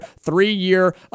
three-year